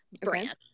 brand